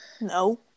No